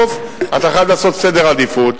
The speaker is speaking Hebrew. בסוף אתה חייב לעשות סדר עדיפויות.